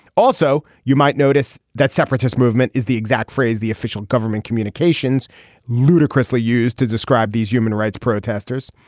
also you might notice that separatist movement is the exact phrase the official government communications ludicrously used to describe these human rights protesters.